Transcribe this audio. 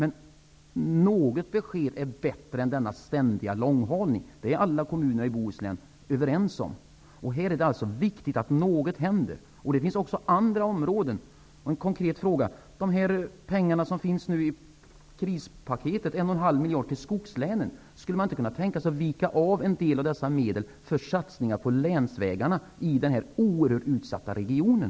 Något besked är bättre än denna ständiga långhalning. Alla kommuner i Bohuslän är överens om det. Här är det alltså viktigt att något händer. Det handlar också om andra områden. Så en konkret fråga: Skulle man inte när det gäller pengarna i krispaketet, dvs. 1.5 miljarder till skogslänen, kunna tänka sig att vika en del av dessa medel för satsningar på länsvägarna i den här oerhört utsatta regionen?